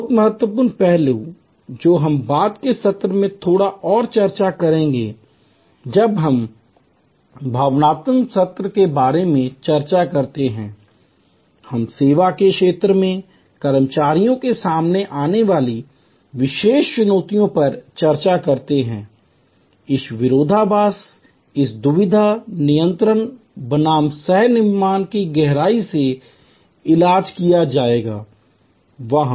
बहुत महत्वपूर्ण पहलू जो हम बाद के सत्र में थोड़ा और चर्चा करेंगे जब हम भावनात्मक श्रम के बारे में चर्चा करते हैं हम सेवा क्षेत्र के कर्मचारियों के सामने आने वाली विशेष चुनौतियों पर चर्चा करते हैं इस विरोधाभास इस दुविधा नियंत्रण बनाम सह निर्माण का गहराई से इलाज किया जाएगा वहाँ